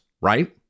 right